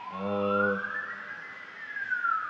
uh